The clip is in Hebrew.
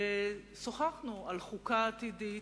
ושוחחנו, על חוקה עתידית,